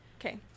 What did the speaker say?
okay